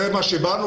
זה מה שהצענו.